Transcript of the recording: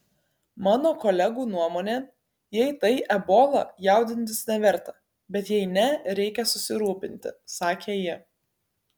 mano kolegų nuomone jei tai ebola jaudintis neverta bet jei ne reikia susirūpinti sakė ji